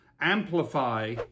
amplify